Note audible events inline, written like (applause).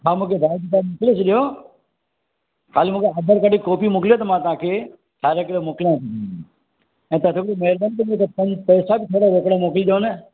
हा मूंखे आधार काड मोकिले छॾियो हाली मूंखे आधार कार्ड जी कॉपी मोकिलियो मां तव्हांखे ॾायरेक्ट मोकलियांव थो ऐं (unintelligible) महिरबानी करे पैसा (unintelligible) रोकिड़ा मोकिलजो न